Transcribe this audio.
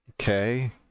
Okay